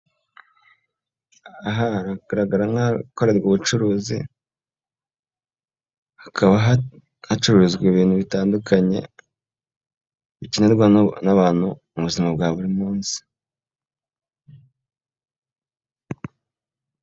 Aha haragaragara nk'ahakorerwa ubucuruzi, hakaba hacururizwa ibintu bitandukanye bikenerwa n'abantu mu buzima bwa buri munsi.